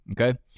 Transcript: Okay